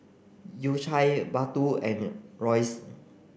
U Cha Baggu and Royce